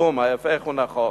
כלום, ההיפך הוא הנכון.